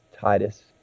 Titus